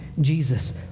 Jesus